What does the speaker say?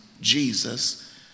Jesus